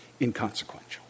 inconsequential